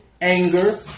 anger